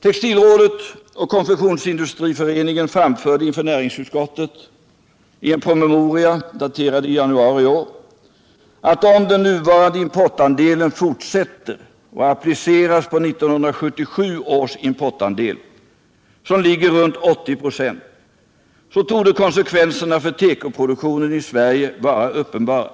Textilrådet och konfektionsindustriföreningen anförde inför näringsutskottet i en promemoria, daterad i januari i år, att ”om den nuvarande importandelen fortsätter och appliceras på 1977 års importandel, som ligger runt 80 26, torde konsekvenserna för tekoproduktionen i Sverige vara uppenbara”.